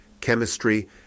chemistry